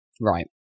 right